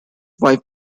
wife